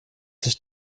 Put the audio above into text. sich